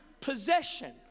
possession